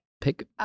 Pick